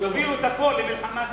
יביאו את הכול למלחמת,